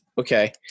Okay